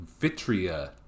Vitria